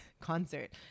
concert